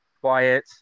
quiet